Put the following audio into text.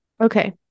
okay